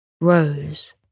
rose